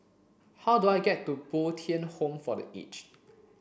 how do I get to Bo Tien Home for the Aged